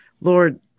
Lord